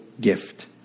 gift